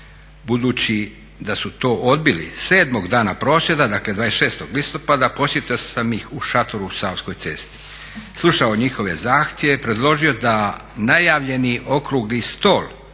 Budući da su to odbili sedmog dana prosvjeda, dakle 26. listopada posjetio sam ih u šatoru u Savskoj cesti, slušao njihove zahtjeve, predložio da najavljeni Okrugli stol